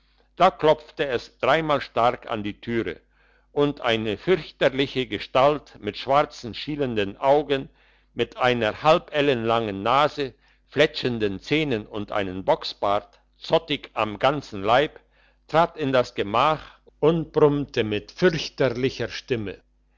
da klopfte es dreimal stark an die türe und eine fürchterliche gestalt mit schwarzen schielenden augen mit einer halbellenlangen nase fletschenden zähnen und einem bocksbart zottig am ganzen leib trat in das gemach und brummte mit fürchterlicher stimme